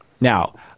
now